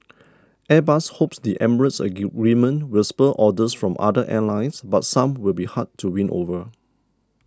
airbus hopes the Emirates agreement will spur orders from other airlines but some will be hard to win over